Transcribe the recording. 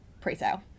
pre-sale